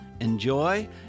Enjoy